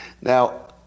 Now